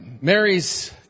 Mary's